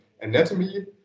anatomy